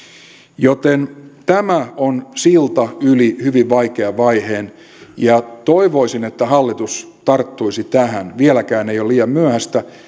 joten tämä on silta yli hyvin vaikean vaiheen ja toivoisin että hallitus tarttuisi tähän vieläkään ei ole liian myöhäistä